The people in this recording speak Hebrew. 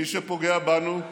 מי שפוגע בנו יספוג,